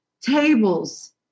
tables